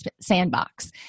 sandbox